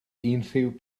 unrhyw